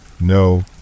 no